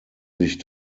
sich